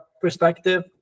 perspective